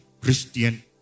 Christian